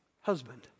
husband